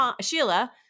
Sheila